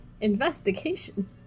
investigation